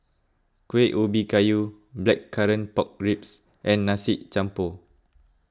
Kueh Ubi Kayu Blackcurrant Pork Ribs and Nasi Campur